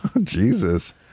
Jesus